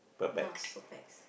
ya per pax